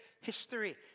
history